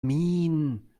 mean